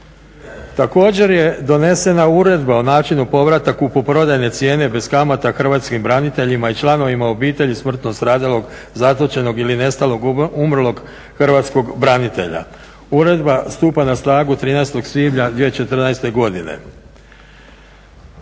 Također, je donesena uredba o načinu povratka kupoprodajne cijene bez kamata Hrvatskim braniteljima i članovima obitelji smrtno stradalog, zatočenog, nestalog, umrlog Hrvatskog branitelja. Uredba stupa na snagu 13. svibnja 2014. godine.